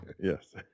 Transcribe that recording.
Yes